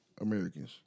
americans